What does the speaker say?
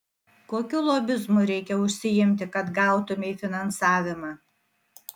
kokiu lobizmu reikia užsiimti kad gautumei finansavimą